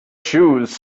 shoes